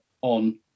on